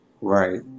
Right